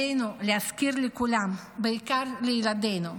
עלינו להזכיר לכולם, ובעיקר לילדינו,